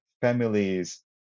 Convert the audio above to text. families